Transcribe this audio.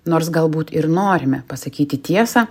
nors galbūt ir norime pasakyti tiesą